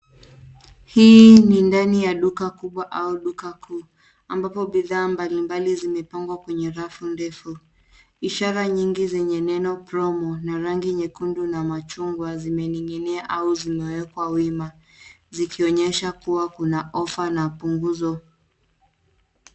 Hii ni ndani ya duka kubwa au duka kuu ambapo bidhaa mbalimbali zimepangwa kwenye rafu ndefu. Ishara nyingi zenye neno promo na rangi nyekundu na machungwa zimening'inia au zimewekwa wima zikionyesha kuwa kuna ofa na punguzo.